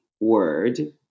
word